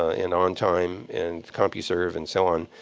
and ontime, and compuserve, and so on.